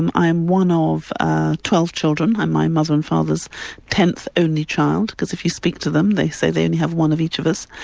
i'm i'm one of twelve children, i'm my mother and father's tenth only child, because if you speak to them, they say they only have one of each of us.